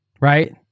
right